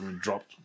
dropped